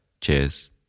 Cheers